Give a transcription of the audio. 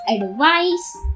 advice